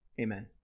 Amen